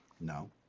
No